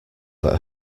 that